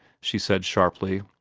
she said sharply.